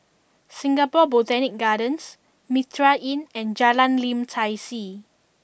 Singapore Botanic Gardens Mitraa Inn and Jalan Lim Tai See